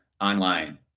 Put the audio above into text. online